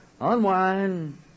unwind